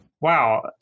wow